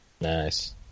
Nice